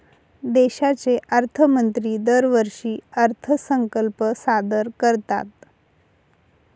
देशाचे अर्थमंत्री दरवर्षी अर्थसंकल्प सादर करतात